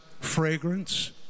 fragrance